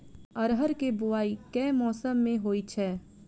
अरहर केँ बोवायी केँ मौसम मे होइ छैय?